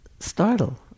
Startle